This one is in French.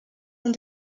ont